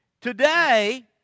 Today